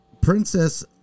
Princess